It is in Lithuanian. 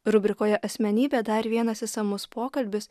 rubrikoje asmenybė dar vienas išsamus pokalbis